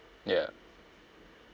ya